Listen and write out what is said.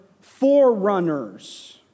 forerunners